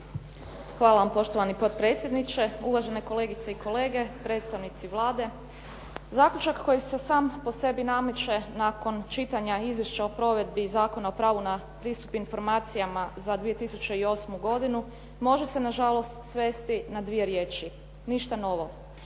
Hvala vam poštovani potpredsjedniče, uvažene kolegice i kolege, predstavnici Vlade. Zaključak koji se sam po sebi nameće, nakon čitanja izvješća o provedbi Zakona o pravu na pristup informacijama za 2008. godinu može se na žalost svesti na dvije riječi ništa novo.